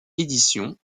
édition